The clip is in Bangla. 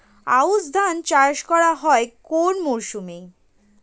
আউশ ধান চাষ করা হয় কোন মরশুমে?